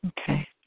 Okay